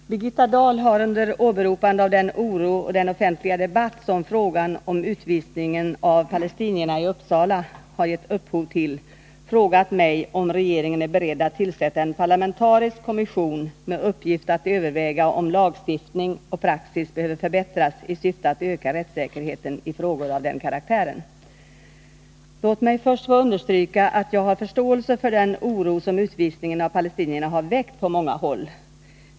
Fru talman! Birgitta Dahl har under åberopande av den oro och den offentliga debatt som frågan om utvisningen av palestinierna i Uppsala har gett upphov till frågat mig, om regeringen är beredd att tillsätta en parlamentarisk kommission med uppgift att överväga om lagstiftning och praxis behöver förbättras i syfte att öka rättssäkerheten i frågor av den karaktären. Låt mig först understryka att jag har förståelse för den oro som utvisningen av palestinierna har väckt på många håll.